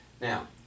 Now